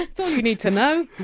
that's all need to know.